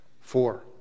Four